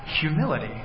humility